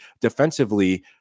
Defensively